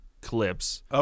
clips